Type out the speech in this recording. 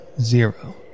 zero